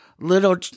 little